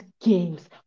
games